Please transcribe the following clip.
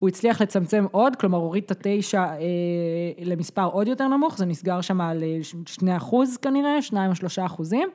הוא הצליח לצמצם עוד, כלומר הוריד את ה-9 למספר עוד יותר נמוך, זה נסגר שם על 2 אחוז כנראה, 2 או 3 אחוזים.